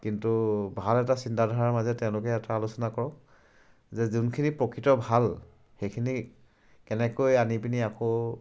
কিন্তু ভাল এটা চিন্তাধাৰাৰ মাজেৰে তেওঁলোকে এটা আলোচনা কৰক যে যোনখিনি প্ৰকৃত ভাল সেইখিনি কেনেকৈ আনি পিনি আকৌ